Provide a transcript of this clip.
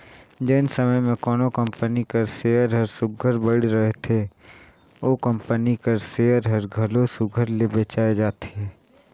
जेन समे में कोनो कंपनी कर सेयर हर सुग्घर बइढ़ रहथे ओ कंपनी कर सेयर हर घलो सुघर ले बेंचाए जाथे